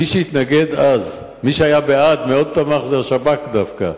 מי שהיה בעד, מאוד תמך, זה השב"כ דווקא.